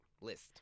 list